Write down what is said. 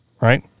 Right